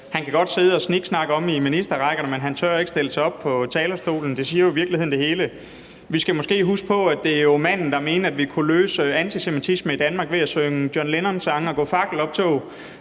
Han kan godt sidde og sniksnakke på ministerrækkerne, men han tør ikke stille sig op på talerstolen. Det siger jo i virkeligheden det hele. Vi skal måske huske på, at det er manden, der mente at kunne løse problemerne med antisemitisme i Danmark ved at synge John Lennon-sange og gå i fakkeloptog.